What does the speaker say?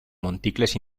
monticles